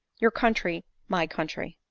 your country my country!